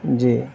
جی